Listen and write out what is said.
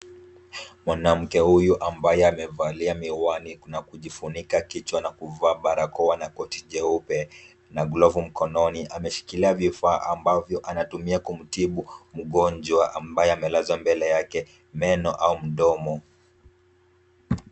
Mwanamke huyu ambaye amevalia miwani kuna kujifunika kichwa na kuvaa barakoa na koti nyeupe na glavu mkononi, ameshikilia vifaa ambavyo anatumia kumtibu mgonjwa ambaye amelazwa mbele yake meno au mdomo.